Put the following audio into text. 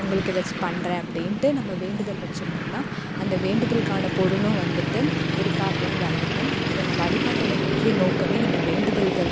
உங்களுக்கு எதாச்சும் பண்ணுறேன் அப்படின்ட்டு நம்ம வேண்டுதல் வச்சுருந்தோம்னா அந்த வேண்டுதலுக்கான பொருளும் வந்துவிட்டு இருக்கா அப்படின்னு கவனிப்பேன் ஸோ அந்த வழிபாட்டோட முக்கிய நோக்கமே நம்ப வேண்டுதல்கள்